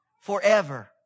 forever